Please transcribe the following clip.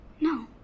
No